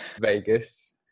Vegas